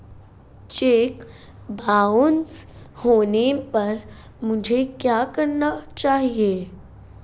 Check bounce होने पर मुझे क्या करना चाहिए?